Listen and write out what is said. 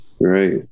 right